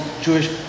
jewish